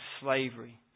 slavery